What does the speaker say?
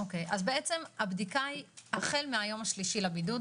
אז הבדיקה היא החל מהיום השלישי לבידוד.